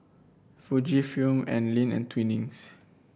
Fujifilm Anlene and Twinings